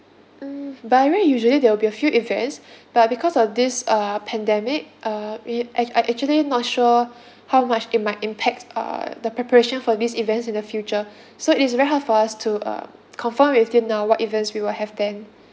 mm by right usually they'll be a few events but because of this uh pandemic uh it a~ actually not sure how much it might impact uh the preparation for these events in the future so it's very hard for us to uh confirm with you now what events we will have then